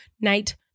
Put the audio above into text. night